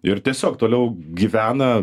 ir tiesiog toliau gyvena